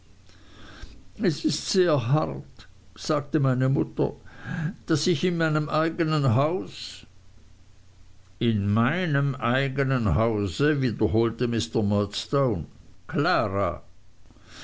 es ist sehr hart sagte meine mutter daß ich in meinem eignen hause in meinem eignen hause wiederholte mr murdstone klara